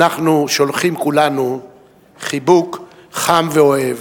אנחנו שולחים כולנו חיבוק חם ואוהב.